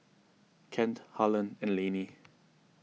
Kent Harland and Lanie